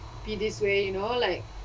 be this way you know like